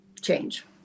change